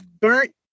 burnt